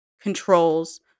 controls